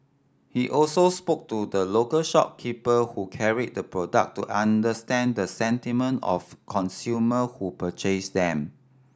he also spoke to the local shopkeeper who carried the product to understand the sentiment of consumer who purchased them